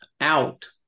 out